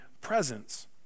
presence